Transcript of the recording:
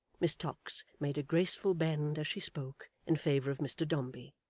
miss tox made a graceful bend as she spoke, in favour of mr dombey,